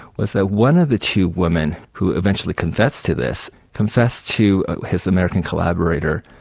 was that one of the two women who eventually confessed to this, confessed to his american collaborator,